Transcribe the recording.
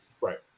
Right